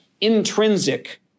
intrinsic